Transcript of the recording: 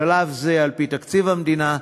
בשלב זה על-פי תקציב המדינה,